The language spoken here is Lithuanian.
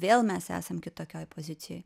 vėl mes esam tokioj pozicijoj